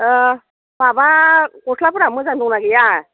ओह माबा गस्लाफोरा मोजां दंना गैया